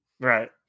Right